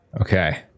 Okay